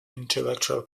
intellectual